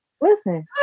listen